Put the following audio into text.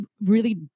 really-